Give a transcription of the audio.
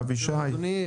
שלום אדוני,